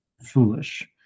foolish